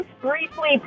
briefly